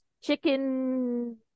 chicken